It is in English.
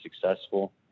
successful